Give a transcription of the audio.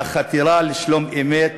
והחתירה לשלום-אמת